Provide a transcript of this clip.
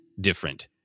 different